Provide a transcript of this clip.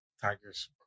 tigers